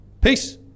Peace